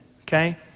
okay